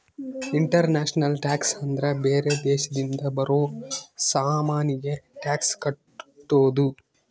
international tax ಅಂದ್ರ ಬೇರೆ ದೇಶದಿಂದ ಬರೋ ಸಾಮಾನಿಗೆ ಟ್ಯಾಕ್ಸ್ ಕಟ್ಟೋದು